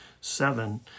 seven